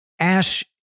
Ash